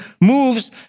moves